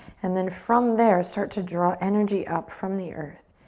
and then from there, start to draw energy up from the earth.